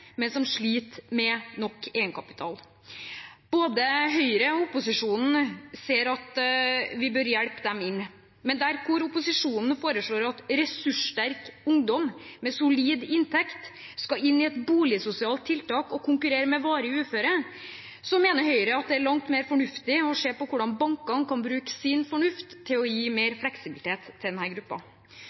men som sliter med å skaffe nok egenkapital? Både Høyre og opposisjonen ser at vi bør hjelpe dem inn, men der opposisjonen foreslår at ressurssterk ungdom med solid inntekt skal inn i et boligsosialt tiltak og konkurrere med varig uføre, mener Høyre at det er langt mer fornuftig å se på hvordan bankene kan bruke sin fornuft til å gi mer fleksibilitet til